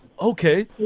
Okay